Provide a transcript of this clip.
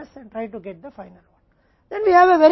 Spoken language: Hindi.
Q Cc 1 DP divided by Cc Cs